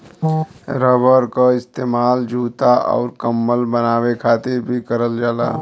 rubber क इस्तेमाल जूता आउर कम्बल बनाये खातिर भी करल जाला